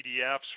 PDFs